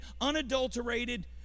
unadulterated